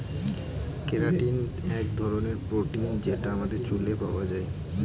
keratin এক ধরনের protein যেটা আমাদের চুলে পাওয়া যায়